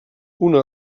una